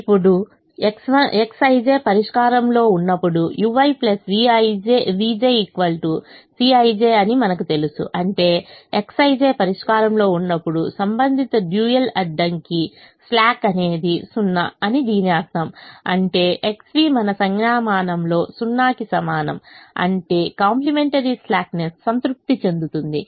ఇప్పుడు Xij పరిష్కారంలో ఉన్నప్పుడు ui vj Cij అని మనకు తెలుసుఅంటే Xij పరిష్కారంలో ఉన్నప్పుడు సంబంధిత డ్యూయల్ అడ్డంకి స్లాక్ అనేది 0 అని దీని అర్థంఅంటే xv మన సంజ్ఞామానం లో 0 కి సమానం అంటే కాంప్లిమెంటరీ స్లాక్ నెస్ సంతృప్తి చెందుతుంది